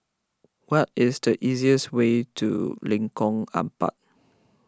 what is the easiest way to Lengkong Empat